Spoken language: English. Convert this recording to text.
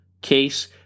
case